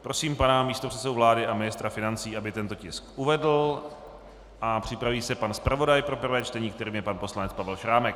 Prosím pana místopředsedu vlády a ministra financí, aby tento tisk uvedl, a připraví se zpravodaj pro prvé čtení, kterým je pan poslanec Pavel Šrámek.